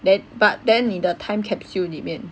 that but then 你的 time capsule 里面